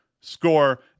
score